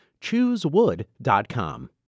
Choosewood.com